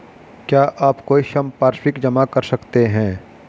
क्या आप कोई संपार्श्विक जमा कर सकते हैं?